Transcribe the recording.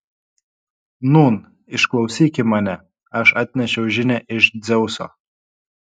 nūn išklausyki mane aš atnešiau žinią iš dzeuso